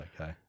okay